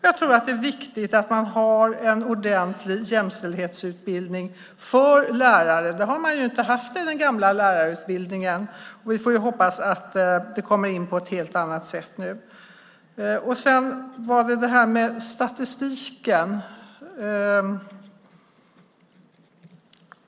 Jag tror att det är viktigt att man har en ordentlig jämställdhetsutbildning för lärare. Det har man inte haft i den gamla lärarutbildningen. Vi får hoppas att det kommer in på ett helt annat sätt nu. Sedan handlade det om statistiken.